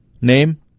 Name